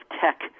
tech